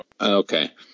Okay